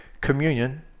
communion